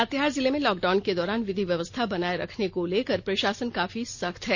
लातेहार जिले में लॉकडाउन के दौरान विधि व्यवस्था बनाए रखने को लेकर प्रषासन काफी सख्त है